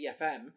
FM